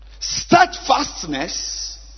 Steadfastness